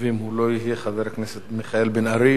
ואם הוא לא יהיה, חבר הכנסת מיכאל בן-ארי.